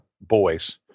boys